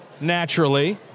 naturally